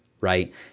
right